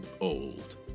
old